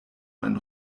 ein